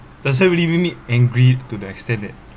!wah!